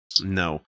No